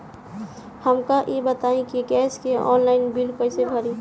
हमका ई बताई कि गैस के ऑनलाइन बिल कइसे भरी?